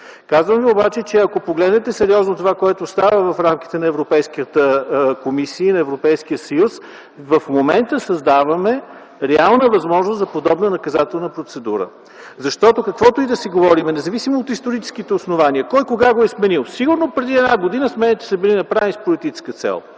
Казвам ви обаче, че ако погледнете сериозно това, което става в рамките на Европейската комисия и на Европейския съюз, в момента създаваме реална възможност за подобна наказателна процедура. Защото, каквото и да си говорим, независимо от историческите основания кой кога го е сменил, сигурно преди една година смените са били направени с политическа цел.